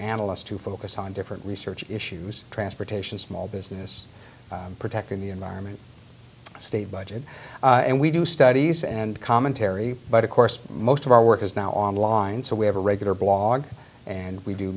analysts to focus on different research issues transportation small business protecting the environment state budget and we do studies and commentary but of course most of our work is now online so we have a regular blog and